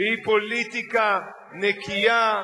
והיא פוליטיקה נקייה,